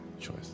choice